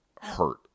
hurt